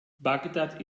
bagdad